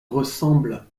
ressemble